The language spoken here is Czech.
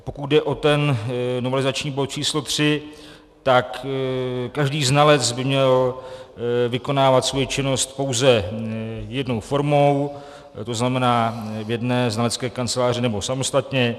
A pokud jde o novelizační bod číslo 3, tak každý znalec by měl vykonávat svoji činnost pouze jednou formou, tzn. v jedné znalecké kanceláři nebo samostatně.